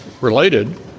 related